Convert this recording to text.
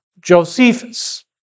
Josephus